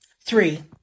Three